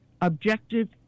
objective